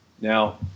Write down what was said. Now